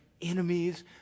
enemies